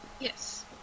Yes